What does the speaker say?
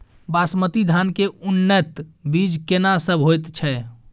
बासमती धान के उन्नत बीज केना सब होयत छै?